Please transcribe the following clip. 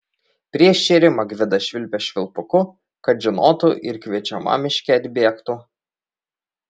prieš šėrimą gvidas švilpė švilpuku kad žinotų ir kviečiama miške atbėgtų